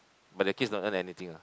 but the kids don't earn anything ah